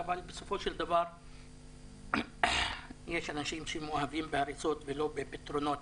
בסופו של דבר יש אנשים שמעדיפים הריסות על פני פתרונות.